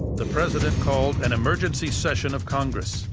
the president called an emergency session of congress,